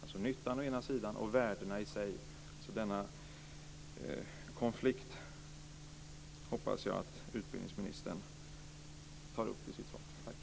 Det är nyttan å ena sidan och värdena i sig å andra sidan. Denna konflikt hoppas jag att utbildningsministern tar upp i sitt svar.